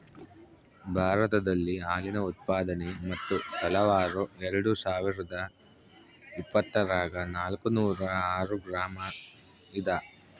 ಭಾರತದಲ್ಲಿ ಹಾಲಿನ ಉತ್ಪಾದನೆ ಮತ್ತು ತಲಾವಾರು ಎರೆಡುಸಾವಿರಾದ ಇಪ್ಪತ್ತರಾಗ ನಾಲ್ಕುನೂರ ಆರು ಗ್ರಾಂ ಇದ